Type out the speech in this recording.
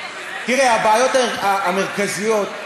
הבעיות המרכזיות,